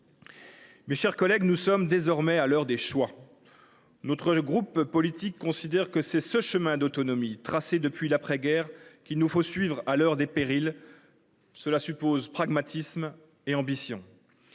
Mes chers collègues, nous sommes désormais à l’heure des choix. Notre groupe politique considère que c’est ce chemin d’autonomie tracé depuis l’après guerre qu’il nous faut suivre à l’heure des périls. Cela suppose pragmatisme et ambition.